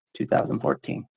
2014